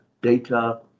Data